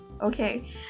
okay